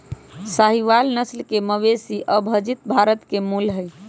साहीवाल नस्ल के मवेशी अविभजित भारत के मूल हई